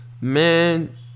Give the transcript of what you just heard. Man